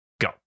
go